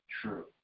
true